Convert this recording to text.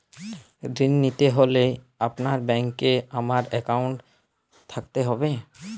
ঋণ নিতে হলে কি আপনার ব্যাংক এ আমার অ্যাকাউন্ট থাকতে হবে?